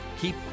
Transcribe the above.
keep